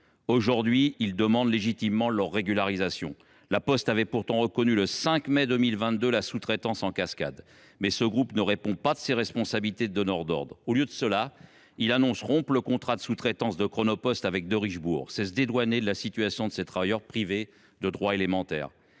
Aujourd’hui, ils demandent légitimement leur régularisation. La Poste avait pourtant reconnu le 5 mai 2022 une sous traitance en cascade, mais ce groupe n’assume pas ses responsabilités de donneur d’ordre. Au lieu de cela, il annonce rompre le contrat de sous traitance de Chronopost avec Derichebourg. C’est se dédouaner de la situation de ces travailleurs privés de droits élémentaires.